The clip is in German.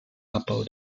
abbau